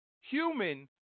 human